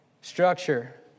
Structure